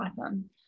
awesome